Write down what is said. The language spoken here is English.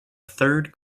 third